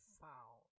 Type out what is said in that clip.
found